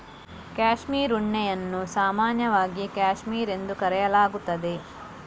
cashmere ಉಣ್ಣೆಯನ್ನು ಸಾಮಾನ್ಯವಾಗಿ cashmere ಎಂದು ಕರೆಯಲಾಗುತ್ತದೆ